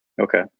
okay